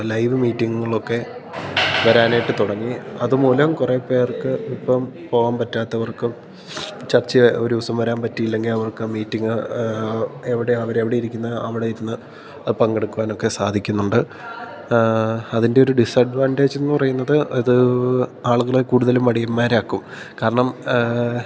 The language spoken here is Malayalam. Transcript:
ലൈവ് മീറ്റിങ്ങുകളൊക്കെ വരാനായിട്ട് തുടങ്ങി അതുമൂലം കുറേ പേർക്ക് ഇപ്പം പോകാൻ പറ്റാത്തവർക്കും ചർച്ചിലെ ഒരു ദിവസം വരാൻ പറ്റിയില്ലെങ്കിൽ അവർക്ക് മീറ്റിങ് എവിടെ അവരെവിടെ ഇരിക്കുന്നത് അവിടെ ഇരുന്ന് അത് പങ്കെടുക്കുവാനൊക്കെ സാധിക്കുന്നുണ്ട് അതിൻ്റെയൊരു ഡിസഡ്വാൻ്റേജെന്നു പറയുന്നത് അത് ആളുകളെ കൂടുതലും മടിയന്മാരാക്കും കാരണം